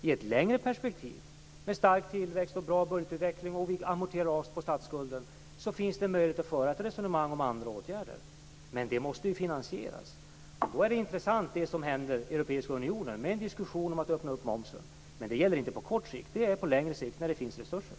I ett längre perspektiv - med en stark tillväxt, en bra budgetutveckling och ett läge där vi amorterar av på statsskulden - finns det en möjlighet att föra ett resonemang om andra åtgärder men det måste finansieras. Det som händer i den europeiska unionen är då intressant - detta med en diskussion om att öppna upp när det gäller momsen. Det gäller dock inte på kort sikt, utan det gäller på längre sikt när det finns resurser.